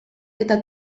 eta